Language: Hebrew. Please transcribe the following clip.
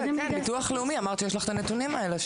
ביטוח לאומי, אמרתם שיש לך הנתונים האלה.